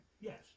Yes